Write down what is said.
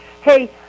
Hey